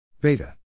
beta